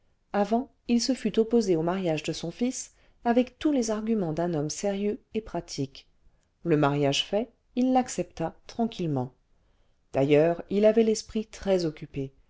avant il se fût opposé au mariage de son fils avec tous les arguments d'un homme sérieux et jnatique le mariage fait il l'accepta tranquillement d'ailleurs il avait l'esprit très occupé